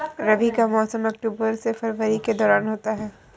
रबी का मौसम अक्टूबर से फरवरी के दौरान होता है